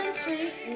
street